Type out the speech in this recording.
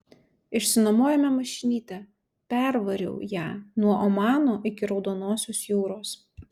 išsinuomojome mašinytę pervariau ja nuo omano iki raudonosios jūros